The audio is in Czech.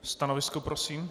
Stanovisko prosím.